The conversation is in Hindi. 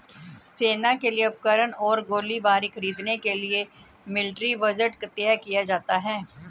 सेना के लिए उपकरण और गोलीबारी खरीदने के लिए मिलिट्री बजट तय किया जाता है